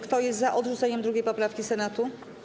Kto jest za odrzuceniem 2. poprawki Senatu?